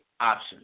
options